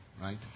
right